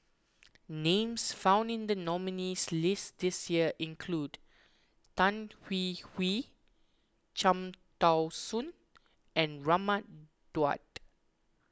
names found in the nominees' list this year include Tan Hwee Hwee Cham Tao Soon and Raman Daud